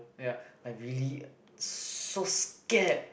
ya I really so scared